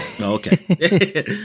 Okay